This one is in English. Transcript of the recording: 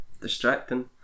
distracting